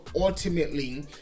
ultimately